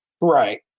Right